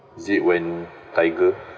is it when tiger